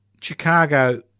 Chicago